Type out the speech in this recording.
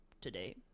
today